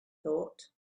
thought